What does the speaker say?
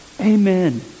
Amen